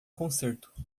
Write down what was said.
concerto